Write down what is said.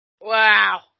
Wow